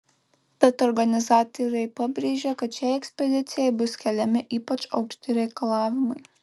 tad organizatoriai pabrėžia kad šiai ekspedicijai bus keliami ypač aukšti reikalavimai